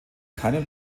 keinen